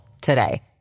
today